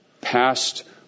passed